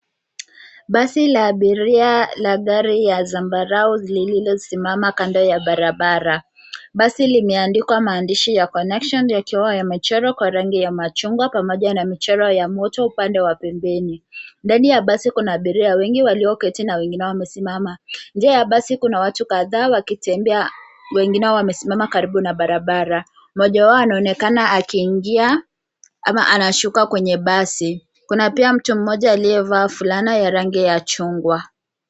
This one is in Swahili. Basi la abiria la gari ya zambarau lililosimama kando ya barabara. Basi limeandikwa maandishi ya connection yakiwa yamechorwa kwa rangi ya machungwa pamoja na michoro ya moto upande wa pembeni. Ndani ya basi kuna abiria wengi walioketi na wengine wamesimama. Nje ya basi kuna watu kadhaa wakitembea, wengine wamesimama karibu na barabara. Mmoja wao anaonekana akiingia, ama anashuka kwenye basi. Kuna pia mtu mmoja aliyevaa fulana ya rangi ya chungwa.